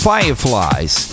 Fireflies